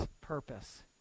purpose